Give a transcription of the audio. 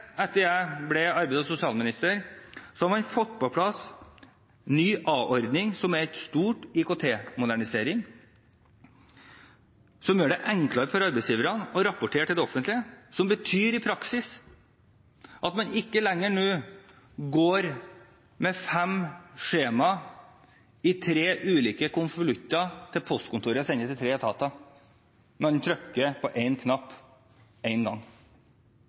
etter at jeg ble arbeids- og sosialminister, har man fått på plass ny A-ordning, som er en stor IKT-modernisering som gjør det enklere for arbeidsgiverne å rapportere til det offentlige. Det innebærer i praksis at man nå ikke lenger går med fem skjema i tre ulike konvolutter til postkontoret og sender dem til tre etater, men trykker på én knapp én gang. Det er også en